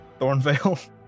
Thornvale